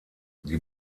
die